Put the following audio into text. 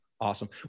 Awesome